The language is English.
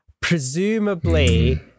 Presumably